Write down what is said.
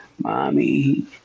Mommy